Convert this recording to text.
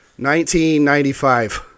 1995